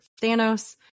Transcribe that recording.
Thanos